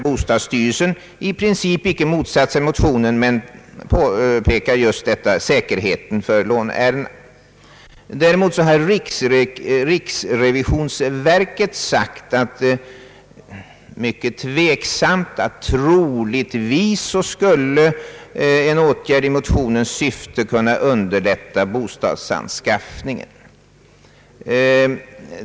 Bostadsstyrelsen har i princip inte motsatt sig motionen men har påpekat just detta med säkerheten för lånet. Däremot har riksrevisionsverket mycket tveksamt sagt, att en åtgärd i motionens syfte »troligtvis» skulle kunna underlätta bostadsanskaffningen.